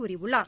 கூறியுள்ளார்